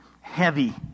heavy